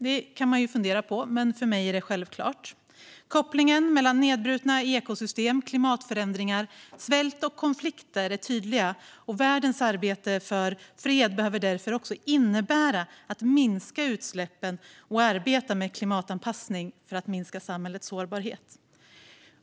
Det kan man fundera på, men för mig är det självklart. Kopplingen mellan nedbrutna ekosystem, klimatförändringar, svält och konflikter är tydlig. Världens arbete för fred behöver därför också innebära att minska utsläppen och arbeta med klimatanpassning för att minska samhällets sårbarhet.